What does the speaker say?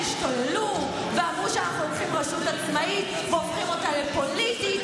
הם השתוללו ואמרו שאנחנו לוקחים רשות עצמאית והופכים אותה לפוליטית,